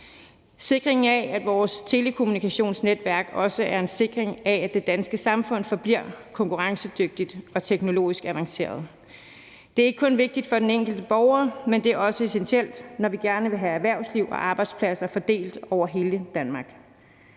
Sikringen af vores telekommunikationsnetværk er også en sikring af, at det danske samfund forbliver konkurrencedygtigt og teknologisk avanceret. Det er ikke kun vigtigt for den enkelte borger, men det er også essentielt, når vi gerne vil have erhvervsliv og arbejdspladser fordelt over hele Danmark.